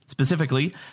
Specifically